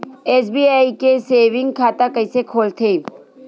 SBI के saving खाता कइसे खोलथे?